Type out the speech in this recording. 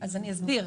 אסביר.